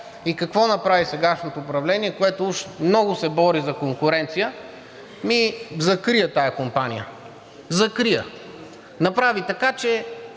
И какво направи сегашното управление, което уж много се бори за конкуренция? Ами закри я тази компания. Закри я! Направи така, че